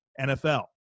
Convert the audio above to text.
NFL